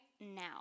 now